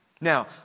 Now